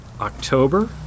October